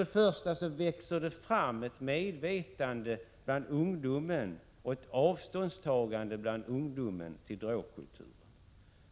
Exempelvis växer det bland ungdomen fram ett medvetande om och ett avståndstagande till drogkulturen.